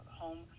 home